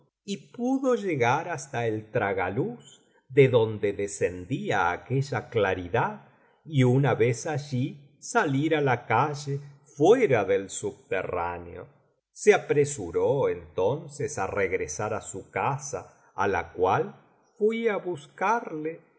y una noche llegar basta el tragaluz de donde descendía aquella claridad y una vez allí salir á la calle fuera del subterráneo se apresuró entonces á regresar á su casa á la cual fui á buscarle y